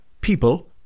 People